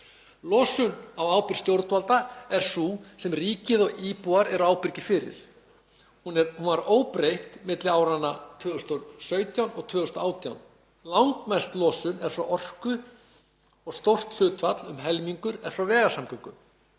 Losun á ábyrgð stjórnvalda er sú sem ríkið og íbúar eru ábyrgir fyrir. Hún var óbreytt milli áranna 2017 og 2018. Langmest losun er frá orku og stórt hlutfall, um helmingur, er frá vegasamgöngum.